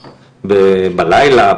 ובלילה,